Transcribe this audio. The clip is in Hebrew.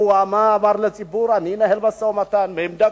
הוא אמר לציבור: אני אנהל משא-ומתן בעמדה